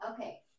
Okay